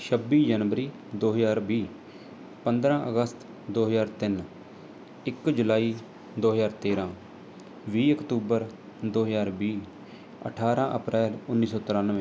ਛੱਬੀ ਜਨਵਰੀ ਦੋ ਹਜ਼ਾਰ ਵੀਹ ਪੰਦਰਾਂ ਅਗਸਤ ਦੋ ਹਜ਼ਾਰ ਤਿੰਨ ਇੱਕ ਜੁਲਾਈ ਦੋ ਹਜ਼ਾਰ ਤੇਰ੍ਹਾਂ ਵੀਹ ਅਕਤੂਬਰ ਦੋ ਹਜ਼ਾਰ ਵੀਹ ਅਠਾਰਾਂ ਅਪ੍ਰੈਲ ਉੱਨੀ ਸੌ ਤ੍ਰਿਆਨਵੇਂ